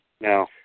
No